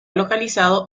localizado